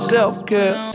Self-care